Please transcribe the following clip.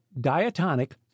diatonic